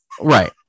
Right